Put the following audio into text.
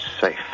safe